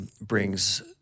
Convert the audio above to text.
brings